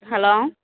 hello